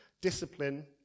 discipline